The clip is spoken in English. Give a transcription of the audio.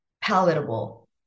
palatable